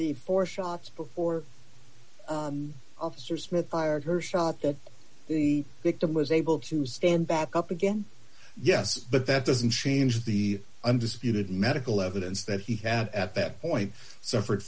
the four shots before officer smith fired her shot that the victim was able to stand back up again yes but that doesn't change the undisputed medical evidence that he had at that point suffered